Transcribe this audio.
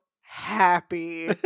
happy